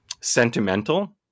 sentimental